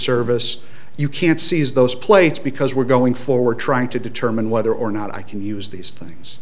service you can't seize those plates because we're going forward trying to determine whether or not i can use these things